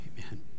Amen